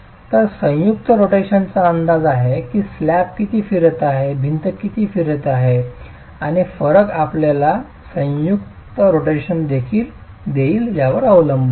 तर संयुक्त रोटेशनचा अंदाज आहे की स्लॅब किती फिरत आहे भिंत किती फिरत आहे आणि फरक आपल्याला संयुक्त रोटेशन देईल यावर अवलंबून आहे